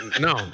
No